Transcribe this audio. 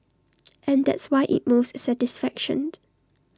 and that's why IT moves satisfaction